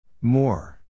More